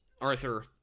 Arthur